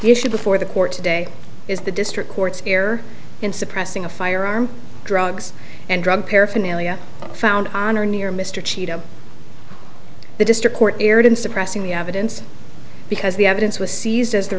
issue before the court today is the district courts here in suppressing a firearm drugs and drug paraphernalia found on or near mr chito the district court erred in suppressing the evidence because the evidence was seized as the